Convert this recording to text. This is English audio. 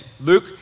Luke